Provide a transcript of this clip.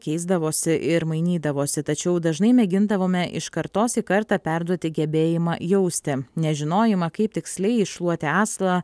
keisdavosi ir mainydavosi tačiau dažnai mėgindavome iš kartos į kartą perduoti gebėjimą jausti ne žinojimą kaip tiksliai iššluoti aslą